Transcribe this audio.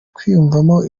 kwiyumvamo